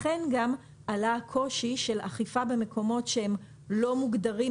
לכן גם עלה הקושי של אכיפה במקומות שהם לא מוגדרים,